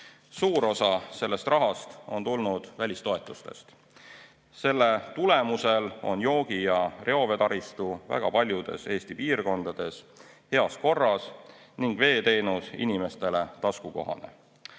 Suur osa sellest rahast on tulnud välistoetustest. Selle tulemusel on joogi‑ ja reovee taristu väga paljudes Eesti piirkondades heas korras ning veeteenus inimestele taskukohane.